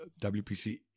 WPC